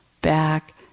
back